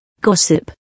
Gossip